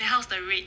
then how's the rate